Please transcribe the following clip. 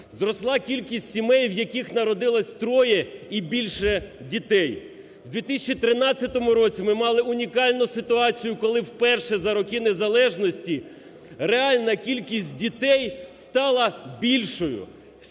Зросла кількість сімей, в яких народилось троє і більше дітей. В 2013 році ми мали унікальну ситуацію, коли вперше за роки незалежності реальна кількість дітей стала більшою.